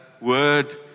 word